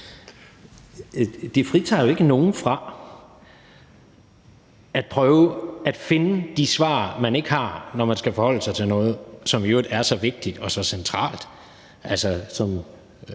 Det fritager jo ikke nogen fra at prøve at finde de svar, man ikke har, når man skal forholde sig til noget, som i øvrigt er så vigtigt og centralt,